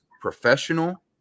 professional